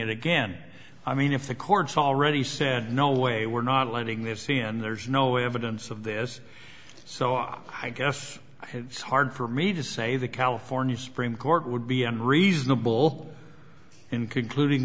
it again i mean if the courts already said no way we're not letting them see and there's no evidence of this so off i guess it's hard for me to say the california supreme court would be unreasonable in concluding